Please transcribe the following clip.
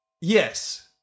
Yes